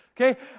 okay